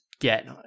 get